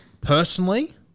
Personally